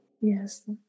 yes